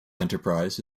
enterprise